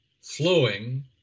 flowing